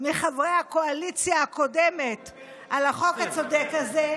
מחברי הקואליציה הקודמת על החוק הצודק הזה,